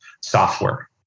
software